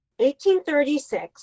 1836